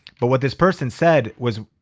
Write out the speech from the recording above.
but what this person said was,